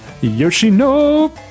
Yoshino